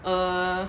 err